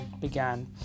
began